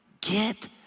get